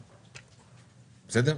בסדר?